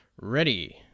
ready